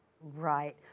Right